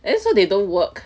then so they don't work